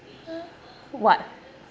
what